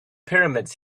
pyramids